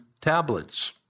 tablets